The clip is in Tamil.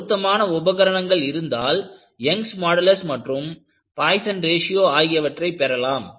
பொருத்தமான உபகரணங்கள் இருந்தால் யங்ஸ் மாடுலஸ் மற்றும் பாய்சன் ரேஷியோ poission's ratio ஆகியவற்றை பெறலாம்